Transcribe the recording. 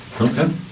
okay